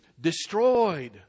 destroyed